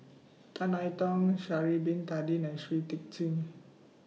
Tan I Tong Sha'Ari Bin Tadin and Shui Tit Sing